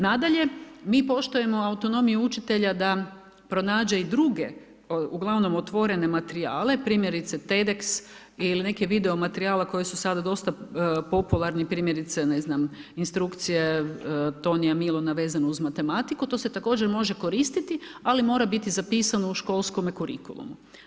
Nadalje, mi poštujemo autonomiju učitelja da pronađe i druge, uglavnom otvorene materijale, primjerice Tedex, ili neke video materijale koji su sada dosta popularni primjerice, ne znam, instrukcije Tonija Miluna, vezane uz matematiku, to se također može koristiti, ali mora biti zapisano u školskome kurikulumu.